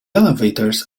elevators